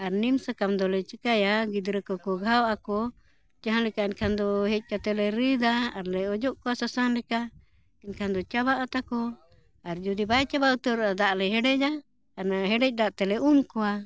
ᱟᱨ ᱱᱤᱢ ᱥᱟᱠᱟᱢ ᱫᱚᱞᱮ ᱪᱤᱠᱟᱭᱟ ᱜᱤᱫᱽᱨᱟᱹ ᱠᱚ ᱠᱚ ᱜᱷᱟᱣ ᱟᱠᱚ ᱡᱟᱦᱟᱸ ᱞᱮᱠᱟ ᱮᱱᱠᱷᱟᱱ ᱫᱚ ᱦᱮᱡ ᱠᱟᱛᱮ ᱞᱮ ᱨᱤᱫᱟ ᱟᱨ ᱞᱮ ᱚᱡᱚᱜ ᱠᱚᱣᱟ ᱥᱟᱥᱟᱝ ᱞᱮᱠᱟ ᱮᱱᱠᱷᱟᱱ ᱫᱚ ᱪᱟᱵᱟᱜᱼᱟ ᱛᱟᱠᱚ ᱟᱨ ᱡᱩᱫᱤ ᱵᱟᱭ ᱪᱟᱵᱟ ᱩᱛᱟᱹᱨᱚᱜᱼᱟ ᱫᱟᱜ ᱞᱮ ᱦᱮᱰᱮᱡᱟ ᱟᱨ ᱦᱮᱰᱮᱡ ᱫᱟᱜ ᱛᱮᱞᱮ ᱩᱢ ᱠᱚᱣᱟ